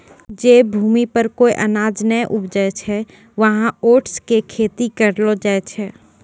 जै भूमि पर कोय अनाज नाय उपजै छै वहाँ ओट्स के खेती करलो जाय छै